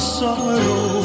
sorrow